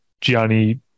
gianni